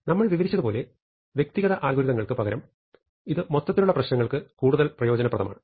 നമ്മൾ വിവരിച്ചതുപോലെ വ്യക്തിഗത അൽഗോരിതങ്ങൾക്ക് പകരം ഇത് മൊത്തത്തിലുള്ള പ്രശ്നങ്ങൾക്ക് കൂടുതൽ ഉപയോഗപ്രദമാണ്